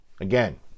Again